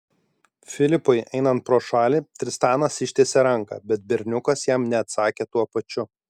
filipui einant pro šalį tristanas ištiesė ranką bet berniukas jam neatsakė tuo pačiu